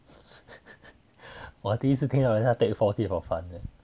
我第一次听到人家 take four K for fun leh